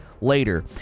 later